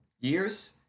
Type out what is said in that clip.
years